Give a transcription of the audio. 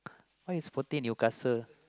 why you supporting Newcastle